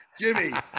Jimmy